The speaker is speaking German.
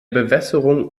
bewässerung